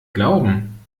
glauben